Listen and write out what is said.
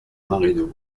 marino